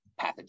pathogen